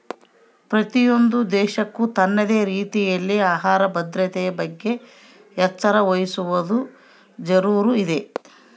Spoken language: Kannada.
ಪ್ರತಿಯೊಂದು ದೇಶಕ್ಕೂ ತನ್ನದೇ ರೀತಿಯಲ್ಲಿ ಆಹಾರ ಭದ್ರತೆಯ ಬಗ್ಗೆ ಎಚ್ಚರ ವಹಿಸುವದು ಜರೂರು ಇದೆ